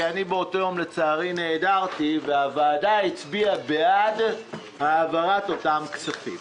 באותו יום נעדרתי לצערי והוועדה הצביע בעד העברת אותם הכספים.